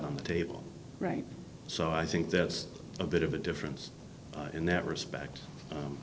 on the table right so i think that's a bit of a difference in that respect